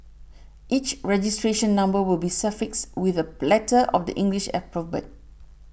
each registration number will be suffixed with a letter of the English alphabet